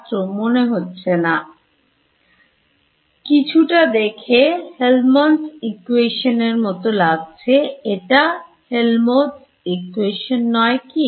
ছাত্র মনে হচ্ছে না কিছুটা দেখে Helmholtz Equation এর মতো লাগছে এটা Helmholtz নয় কি